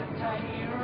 tiny